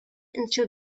into